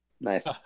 Nice